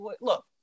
look